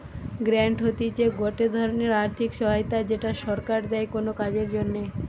grant হতিছে গটে ধরণের আর্থিক সহায়তা যেটা সরকার দেয় কোনো কাজের জন্যে